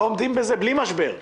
לא עומדים בזה, בלי משבר.